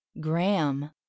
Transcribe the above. Graham